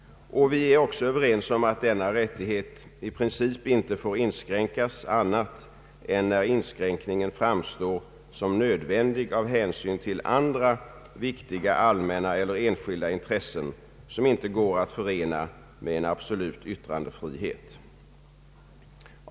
Vi är också överens om att denna rättighet i princip inte får inskränkas annat än när inskränkningen framstår som nödvändig av hänsyn till andra viktiga allmänna eller enskilda intressen som inte går att förena med en absolut yttrandefrihet.